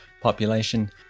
population